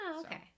okay